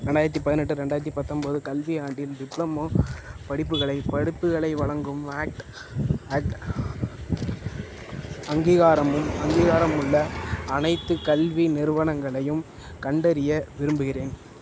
ரெண்டாயிரத்து பதினெட்டு ரெண்டாயிரத்து பத்தொம்பது கல்வியாண்டில் டிப்ளோமா படிப்புகளை படிப்புகளை வழங்கும் அட் அட் அங்கீகாரமுள் அங்கீகாரமுள்ள அனைத்து கல்வி நிறுவனங்களையும் கண்டறிய விரும்புகிறேன்